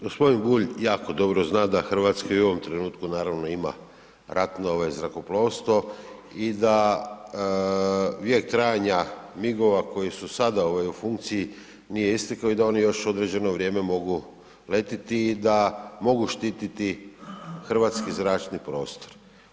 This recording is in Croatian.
Gospodin Bulj jako dobro zna da Hrvatska i u ovom trenutku naravno ima ratno ovaj zrakoplovstvo i da vijek trajanja MIG-ova koji su sada u funkciji nije istekao i dao oni još određeno vrijeme mogu letiti i da mogu štititi hrvatski zračni prostor.